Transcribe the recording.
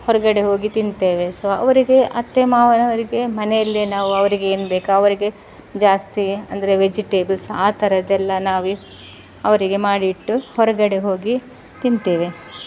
ಹೊರಗಡೆ ಹೋಗಿ ತಿಂತೇವೆ ಸೊ ಅವರಿಗೆ ಅತ್ತೆ ಮಾವನವರಿಗೆ ಮನೆಯಲ್ಲೇ ನಾವು ಅವ್ರಿಗೆ ಏನು ಬೇಕು ಅವರಿಗೆ ಜಾಸ್ತಿ ಅಂದರೆ ವೆಜಿಟೇಬಲ್ಸ್ ಆ ಥರದೆಲ್ಲ ನಾವೇ ಅವರಿಗೆ ಮಾಡಿ ಇಟ್ಟು ಹೊರಗಡೆ ಹೋಗಿ ತಿಂತೇವೆ